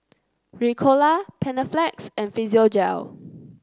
Ricola Panaflex and Physiogel